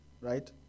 right